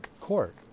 court